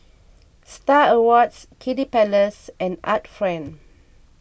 Star Awards Kiddy Palace and Art Friend